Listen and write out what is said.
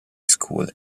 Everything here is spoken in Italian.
school